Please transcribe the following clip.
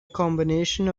combination